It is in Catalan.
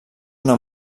una